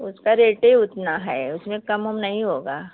उसका रेटे उतना है उसमें कम ओम नहीं होगा